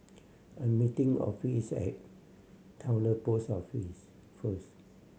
I'm meeting Offie is at Towner Post Office first